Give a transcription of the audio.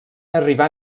arribar